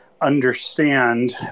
understand